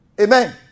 Amen